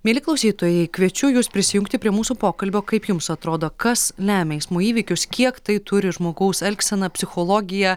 mieli klausytojai kviečiu jus prisijungti prie mūsų pokalbio kaip jums atrodo kas lemia eismo įvykius kiek tai turi žmogaus elgsena psichologija